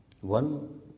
One